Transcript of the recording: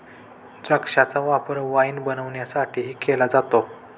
द्राक्षांचा वापर वाईन बनवण्यासाठीही केला जातो